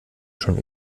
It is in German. schon